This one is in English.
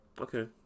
Okay